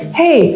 hey